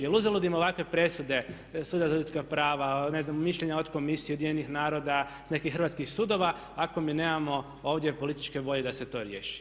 Jel uzalud im ovakve presude Suda za ljudska prava, ne znam mišljenja od komisije, od UN-a, s nekih hrvatskih sudova ako mi nemamo ovdje političke volje da se to riješi.